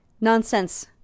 Nonsense